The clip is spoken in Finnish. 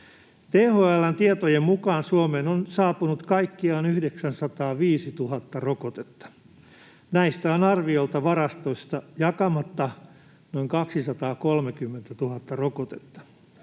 THL:n tietojen mukaan Suomeen on saapunut kaikkiaan 905 000 rokotetta. Näistä on arviolta varastoissa jakamatta noin 230 000 rokotetta.